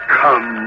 come